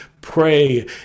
pray